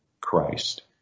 Christ